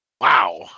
Wow